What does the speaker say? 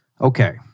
Okay